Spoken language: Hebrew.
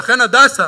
לכן "הדסה",